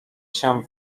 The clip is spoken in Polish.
się